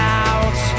out